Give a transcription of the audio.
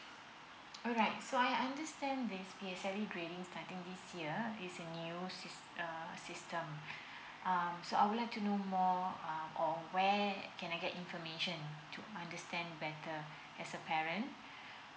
okay so I understand this P_S_L_E grading starting this year is new sys~ uh system um so I would like to know more uh where can I get information to understand better as a parent